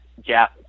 Jeff